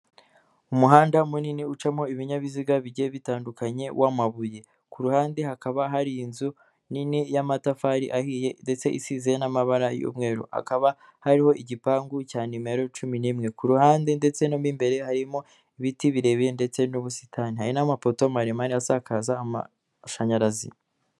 Umuhanda munini, ucamo ibinyabiziga bigiye bitandukanye w'amabuye, ku ruhande hakaba hari inzu nini, y'amatafari ahiye, ndetse isize n'amabara y'umweru, hakaba hariho igipangu cya nimero cumi n'imwe, ku ruhande ndetse na mo imbere harimo ibiti birebire ndetse n'ubusitani, hari n'amapoto maremare asakaza amashanyarazi.